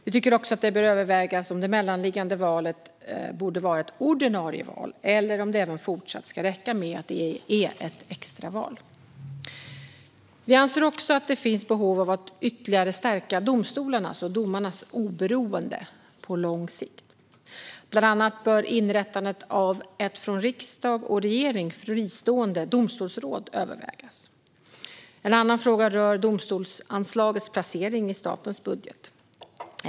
Vi tycker också att det bör övervägas om det mellanliggande valet borde vara ett ordinarie val eller om det även fortsatt ska räcka med att det är ett extra val. Vi anser att det finns behov av att ytterligare stärka domstolarnas och domarnas oberoende på lång sikt. Bland annat bör inrättandet av ett från riksdag och regering fristående domstolsråd övervägas. En annan fråga rör domstolsanslagets placering i statens budget.